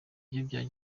ivyo